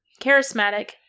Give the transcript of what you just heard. charismatic